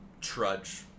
trudge